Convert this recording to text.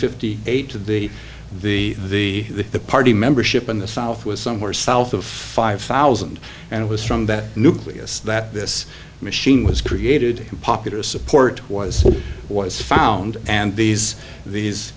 fifty eight to the the the the party membership in the south was somewhere south of five thousand and it was from that nucleus that this machine was created in popular support was was found and these